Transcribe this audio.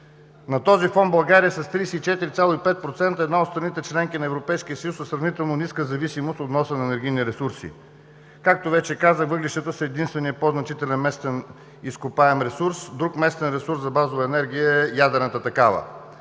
На този фон България с 34,5% е една от страните – членки на Европейския съюз, със сравнително ниска зависимост от вноса на енергийни ресурси. Както вече казах, въглищата са единственият по-значителен местен изкопаем ресурс. Друг местен ресурс за базова енергия е ядрената.